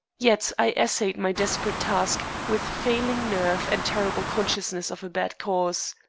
yet i essayed my desperate task with failing nerve and terrible consciousness of a bad cause.